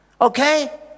Okay